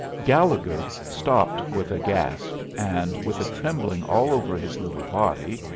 gallegher stopped with a gasp and with a trembling all over his little body,